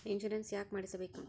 Insurance ಯಾಕ್ ಮಾಡಿಸಬೇಕು?